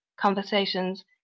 conversations